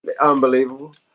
Unbelievable